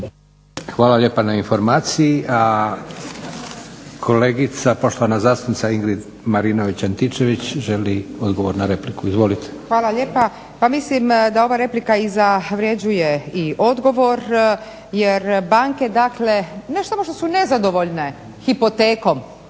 Hvala lijepa na informaciji. A kolegica poštovan zastupnica Ingrid Antičević-Marinović želi odgovor na repliku. Izvolite. **Antičević Marinović, Ingrid (SDP)** Hvala lijepa. Pa mislim da ova replika zavređuje i odgovor jer banke dakle ne samo što su nezadovoljne hipotekom